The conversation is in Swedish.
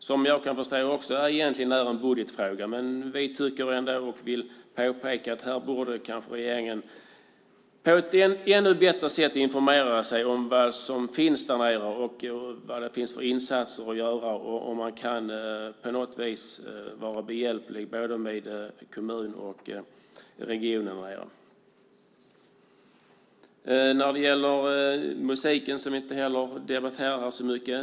Vad jag förstår är det egentligen en budgetfråga, men vi vill ändå påpeka att regeringen kanske borde informera sig ännu bättre om vad som finns där, vilka insatser man kan göra och om man kan hjälpa kommunen och regionen på något vis. Musiken debatteras inte heller så mycket.